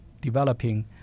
developing